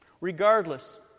Regardless